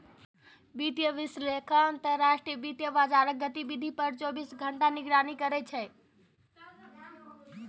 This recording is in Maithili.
वित्तीय विश्लेषक अंतरराष्ट्रीय वित्तीय बाजारक गतिविधि पर चौबीसों घंटा निगरानी राखै छै